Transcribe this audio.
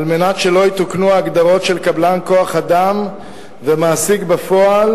על מנת שלא יתוקנו ההגדרות של קבלן כוח-אדם ומעסיק בפועל